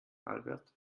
albert